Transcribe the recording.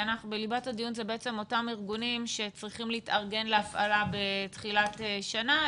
בליבת הדיון אלה הם אותם ארגונים שצריכים להתארגן להפעלה בתחילת שנה.